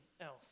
else